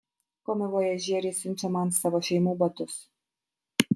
komivojažieriai siunčia man savo šeimų batus